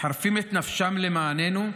ומחרפים את נפשם למעננו,